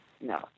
no